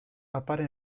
appare